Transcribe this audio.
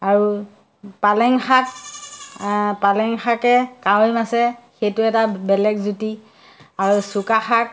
আৰু পালেং শাক আ পালেং শাকে কাৱৈ মাছে সেইটো এটা বেলেগ জুতি আৰু চুকা শাক